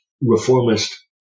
reformist